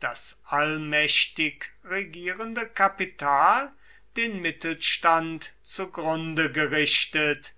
das allmächtig regierende kapital den mittelstand zugrunde gerichtet